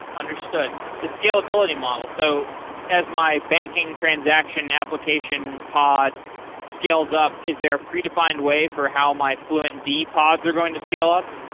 understood. the scalability model. so as my banking transaction application pod scales up, is there a predefined way for how my fluentd pods are going to scale up?